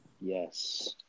Yes